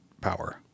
power